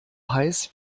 heiß